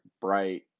bright